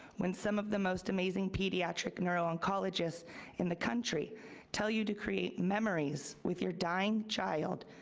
when some of the most amazing pediatric neuro-oncologists in the country tell you to create memories with your dying child,